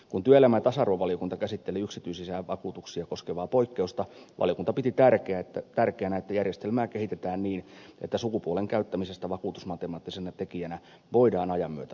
kun työelämä ja tasa arvovaliokunta käsitteli yksityisiä vakuutuksia koskevaa poikkeusta valiokunta piti tärkeänä että järjestelmää kehitetään niin että sukupuolen käyttämisestä vakuutusmatemaattisena tekijänä voidaan ajan myötä luopua